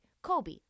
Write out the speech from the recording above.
Kobe